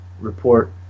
report